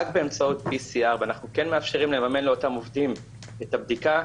באמצעות PCR ואנחנו מאפשרים לממן לאותם עובדים את הבדיקה,